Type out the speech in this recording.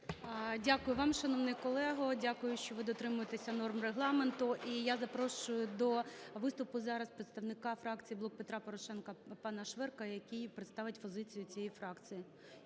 Дякую вам, шановний колего. Дякую, що ви дотримуєтеся норм Регламенту. І я запрошую до виступу зараз представника фракції "Блок Петра Порошенка" пана Шверка, який представить позицію цієї фракції.